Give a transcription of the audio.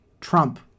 Trump